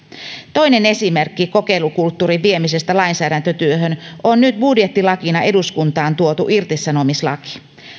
toinen esimerkki kokeilukulttuurin viemisestä lainsäädäntötyöhön on nyt budjettilakina eduskuntaan tuotu irtisanomislaki